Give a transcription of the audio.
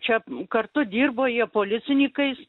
čia kartu dirbo jie policinykais